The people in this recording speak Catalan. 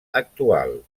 actual